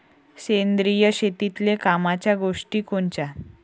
सेंद्रिय शेतीतले कामाच्या गोष्टी कोनच्या?